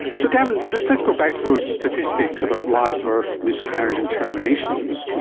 so gavin, just let's go back to those statistics about live birth, miscarriage and terminations.